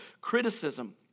criticism